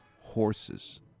horses